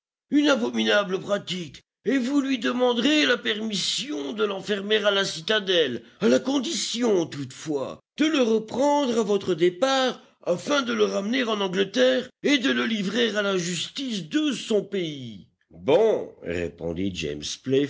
une abominable pratique et vous lui demanderez la permission de l'enfermer à la citadelle à la condition toutefois de le reprendre à votre départ afin de le ramener en angleterre et de le livrer à la justice de son pays bon répondit james